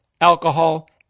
alcohol